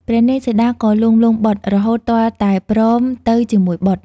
ព្រះនាងសីតា ក៏លួងលោមបុត្រ រហូតទាល់តែព្រមទៅជាមួយបុត្រ។